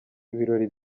ibirori